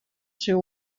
seu